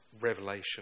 revelation